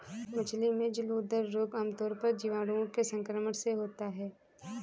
मछली में जलोदर रोग आमतौर पर जीवाणुओं के संक्रमण से होता है